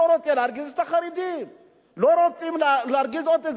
הוא לא רוצה להרגיז את החרדים,